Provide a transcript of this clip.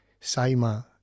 Saima